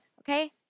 okay